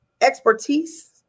expertise